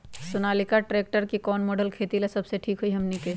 Sonalika tractor के कौन model खेती ला सबसे ठीक होई हमने की?